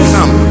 Come